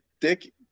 Dick